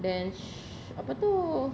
then sh~ apa tu